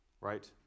right